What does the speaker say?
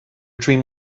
dream